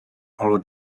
oral